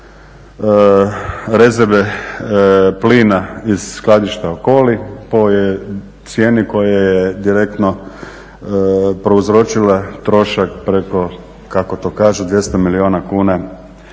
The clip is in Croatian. prodali rezerve plina iz skladišta u Koli po cijeni koja je direktno prouzročila trošak preko, kako to kažu 200 milijuna kuna